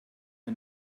wir